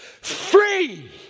free